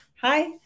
Hi